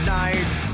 nights